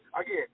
Again